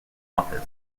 office